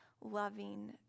loving